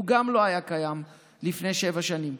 והוא גם לא היה קיים לפני שבע שנים.